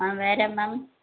ஆ வேறு மேம்